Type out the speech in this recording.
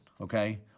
okay